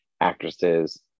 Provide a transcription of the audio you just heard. actresses